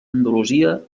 andalusia